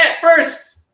first